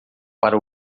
para